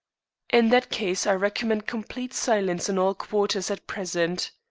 in that case, i recommend complete silence in all quarters at present.